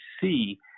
see